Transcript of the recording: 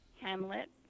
Hamlet